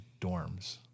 dorms